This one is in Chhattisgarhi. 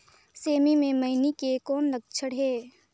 सेमी मे मईनी के कौन लक्षण हे?